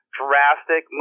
drastic